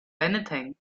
anything